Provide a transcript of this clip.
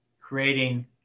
creating